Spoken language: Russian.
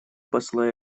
посла